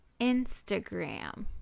Instagram